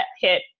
hit